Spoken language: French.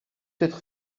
être